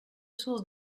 source